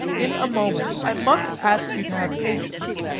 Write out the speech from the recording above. in a moment. i must ask you to have patience.